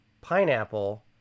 pineapple